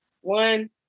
one